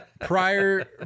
prior